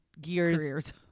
gears